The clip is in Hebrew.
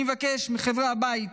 אני מבקש מחברי הבית